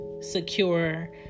secure